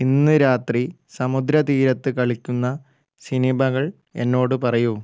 ഇന്ന് രാത്രി സമുദ്ര തീരത്ത് കളിക്കുന്ന സിനിമകൾ എന്നോട് പറയൂ